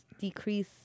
decrease